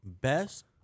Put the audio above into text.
best